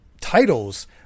titles